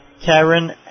Karen